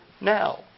now